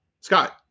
Scott